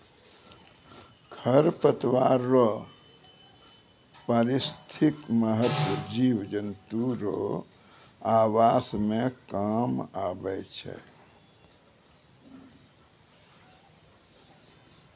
खरपतवार रो पारिस्थितिक महत्व जिव जन्तु रो आवास मे काम आबै छै